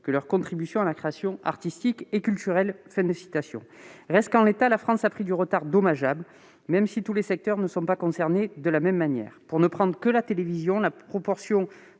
que leur contribution à la création artistique et culturelle ». En l'état, la France a pris un retard dommageable, même si tous les secteurs ne sont pas concernés de la même manière. Pour ne prendre que l'exemple de la télévision, la proportion